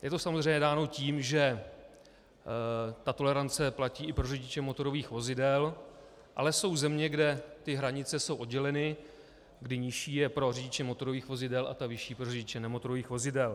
Je to samozřejmě dáno tím, že ta tolerance platí i pro řidiče motorových vozidel, ale jsou země, kde ty hranice jsou odděleny, kdy nižší je pro řidiče motorových vozidel a ta vyšší pro řidiče nemotorových vozidel.